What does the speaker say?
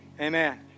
Amen